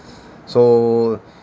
so